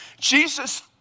Jesus